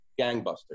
gangbusters